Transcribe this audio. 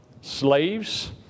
slaves